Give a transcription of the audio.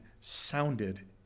sounded